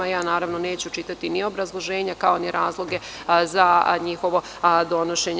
Naravno neću čitati ni obrazloženja, kao ni razloge za njihovo donošenje.